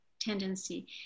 tendency